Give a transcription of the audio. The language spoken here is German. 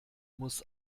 muss